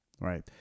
right